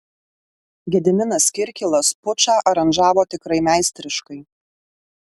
gediminas kirkilas pučą aranžavo tikrai meistriškai